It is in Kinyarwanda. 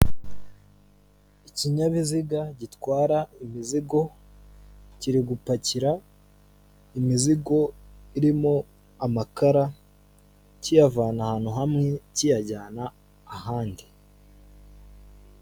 Ikinyabiziga gitwara imizigo, kiri gupakira imizigo irimo amakara kiyavana ahantu hamwe kiyajyana ahandi.